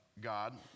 God